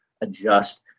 adjust